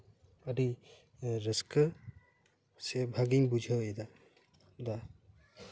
ᱟᱹᱰᱤ ᱨᱟᱹᱥᱠᱟᱹ ᱥᱮ ᱵᱷᱟᱜᱮᱧ ᱵᱩᱡᱷᱟᱹᱣ ᱮᱫᱟ ᱟᱫᱚ